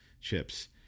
chips